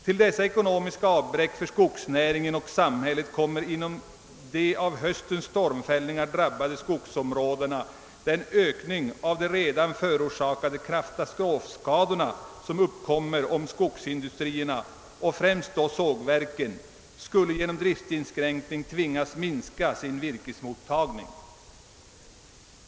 Till dessa ekonomiska avbräck för skogsnäringen och samhället kommer inom de av höstens stormfällningar drabbade skogsområdena den ökning av de redan förorsakade katastrofskadorna som uppkommer om skogsindustrierna — och främst då sågverken — skulle genom driftsinskränkning tvingas minska sin virkesmottagning.